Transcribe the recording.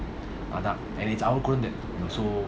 அதான்:adhan so